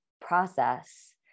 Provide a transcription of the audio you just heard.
process